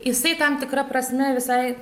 jisai tam tikra prasme visai